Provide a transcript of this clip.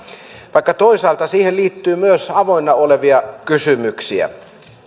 vaikka toisaalta siihen liittyy myös avoinna olevia kysymyksiä